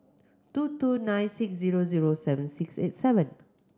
two two nine six zero zero seven six eight seven